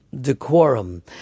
decorum